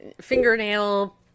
fingernail